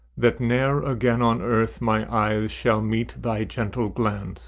that ne'er again on earth my eyes shall meet thy gentle glance